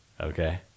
Okay